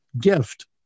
gift